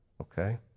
okay